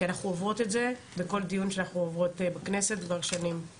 כי אנחנו עוברות את זה בכל דיון שאנחנו עוברות בכנסת כבר שנים,